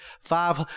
Five